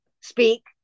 speak